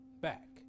back